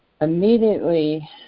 immediately